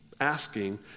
asking